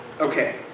Okay